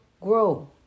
grow